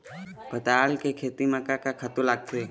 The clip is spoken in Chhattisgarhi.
पताल के खेती म का का खातू लागथे?